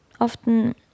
often